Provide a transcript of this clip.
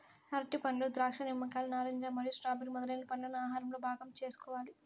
అరటిపండ్లు, ద్రాక్ష, నిమ్మకాయలు, నారింజ మరియు స్ట్రాబెర్రీ మొదలైన పండ్లను ఆహారంలో భాగం చేసుకోవాలి